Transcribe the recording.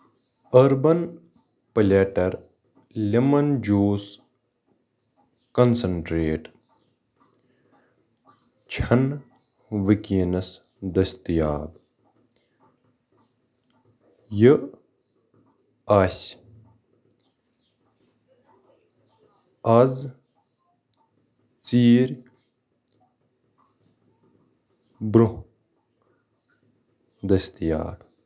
urban Platter lemon juice concentrate چھَنہٕ وٕکٮ۪نَس دٔستیاب یہِ آسہِ آزٕ ژیٖرۍ برٛونٛہہ دٔستیاب